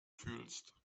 fühlst